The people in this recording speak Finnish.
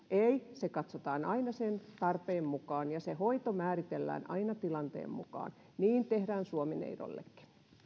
se katsotaan aina tarpeen mukaan ja se hoito määritellään aina tilanteen mukaan niin tehdään suomi neidollekin